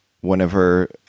whenever